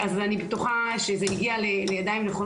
אני מין הסתם שנוציא קול קורא בהקדם ל-180 מעונות.